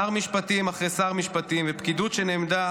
שר משפטים אחרי שר משפטים ופקידות שנעמדה